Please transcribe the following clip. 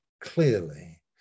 clearly